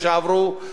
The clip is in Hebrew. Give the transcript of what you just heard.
לעשות את זה,